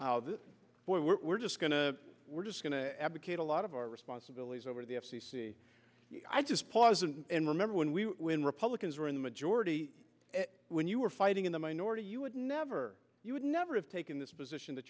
seek where we're just going to we're just going to advocate a lot of our responsibilities over the f c c i just pause and remember when we when republicans were in the majority when you were fighting in the minority you would never you would never have taken this position that